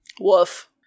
woof